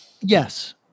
Yes